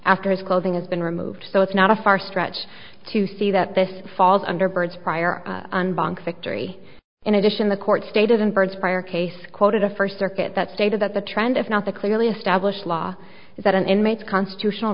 after his clothing has been removed so it's not a far stretch to see that this falls under birds prior bank victory in addition the court stated in bird's prior case quoted a first circuit that stated that the trend if not the clearly established law is that an inmate's constitutional